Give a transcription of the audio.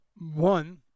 one